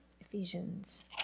Ephesians